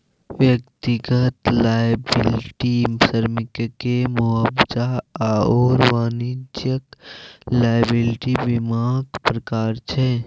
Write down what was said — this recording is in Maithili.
व्यक्तिगत लॉयबिलटी श्रमिककेँ मुआवजा आओर वाणिज्यिक लॉयबिलटी बीमाक प्रकार छै